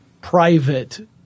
private